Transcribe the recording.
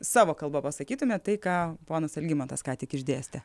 savo kalba pasakytumėt tai ką ponas algimantas ką tik išdėstė